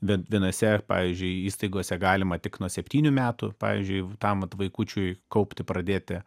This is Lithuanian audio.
bent vienose pavyzdžiui įstaigose galima tik nuo septynių metų pavyzdžiui tam vat vaikučiui kaupti pradėti